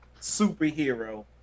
superhero